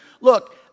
Look